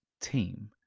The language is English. team